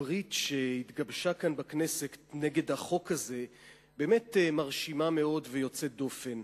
הברית שהתגבשה כאן בכנסת נגד החוק הזה באמת מרשימה מאוד ויוצאת דופן,